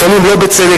לפעמים לא בצדק,